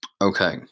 Okay